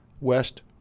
West